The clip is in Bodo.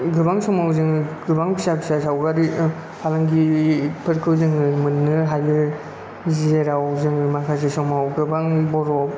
गोबां समाव जोङो गोबां फिसा फिसा सावगारि फालांगिफोरखौ जोङो मोननो हायो जेराव जोङो माखासे समाव गोबां बर'